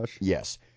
Yes